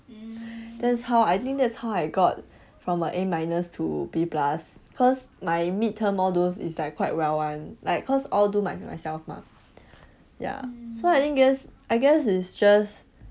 that's how I think that's how I got from a A minus to B plus cause my mid term all those is like quite well [one] like cause all do by myself mah ya so I guess I guess it's just